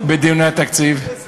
בדיוני התקציב.